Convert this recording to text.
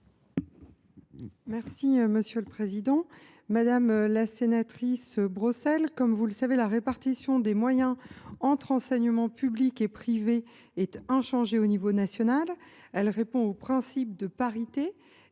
Mme la ministre déléguée. Madame la sénatrice Brossel, comme vous le savez, la répartition des moyens entre les enseignements public et privé est inchangée au niveau national : elle répond au principe de parité